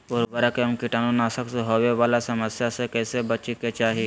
उर्वरक एवं कीटाणु नाशक से होवे वाला समस्या से कैसै बची के चाहि?